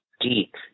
deep